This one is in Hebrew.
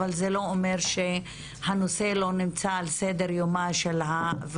אבל זה לא אומר שהנושא לא נמצא על סדר-יומה של הוועדה.